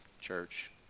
church